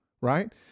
Right